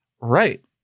Right